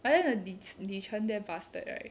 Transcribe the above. but then the li the li chen damn bastard right